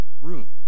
room